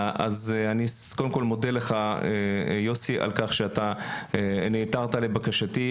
אז אני קודם כל מודה לך יוסי על כך שאתה נעתרת לבקשתי,